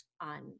on